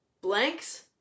blanks